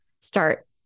start